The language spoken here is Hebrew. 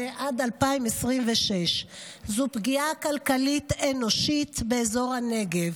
עד 2026. זו פגיעה כלכלית אנושה באזור הנגב,